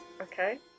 Okay